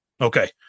Okay